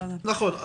נכון.